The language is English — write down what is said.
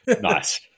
Nice